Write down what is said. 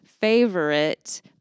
favorite